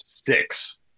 Six